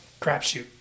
crapshoot